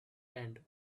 and